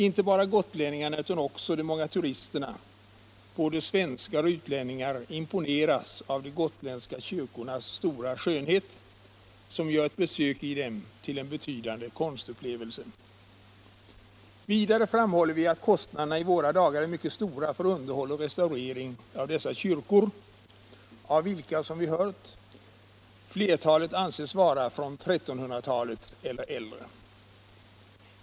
Inte bara gotlänningarna utan också de många turisterna, både svenskar och utlänningar, imponeras av de gotländska kyrkornas stora skönhet, som gör ett besök i dem till en betydande konstupplevelse. Vidare framhåller vi att kostnaderna i våra dagar är mycket stora för underhåll och restaurering av dessa kyrkor, av vilka, som vi hört, flertalet anses vara från 1300-talet eller äldre.